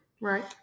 Right